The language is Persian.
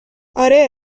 آره